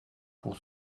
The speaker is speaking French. pour